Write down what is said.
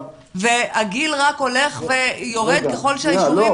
והגיל רק הולך ויורד ככל שהחיסונים מאושרים.